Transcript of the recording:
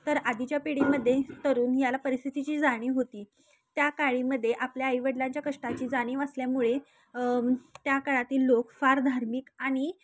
तर आधीच्या पिढीमध्ये तरुण याला परिस्थितीची जाणीव होती त्या काळामध्ये आपल्या आईवडिलांच्या कष्टाची जाणीव असल्यामुळे त्या काळातील लोक फार धार्मिक आणि